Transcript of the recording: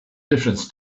difference